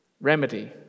remedy